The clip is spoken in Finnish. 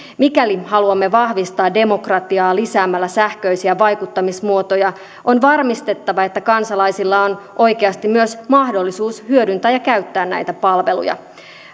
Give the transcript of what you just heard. mikäli haluamme vahvistaa demokratiaa lisäämällä sähköisiä vaikuttamismuotoja on varmistettava että kansalaisilla on oikeasti myös mahdollisuus hyödyntää ja käyttää näitä palveluja